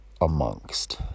amongst